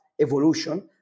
evolution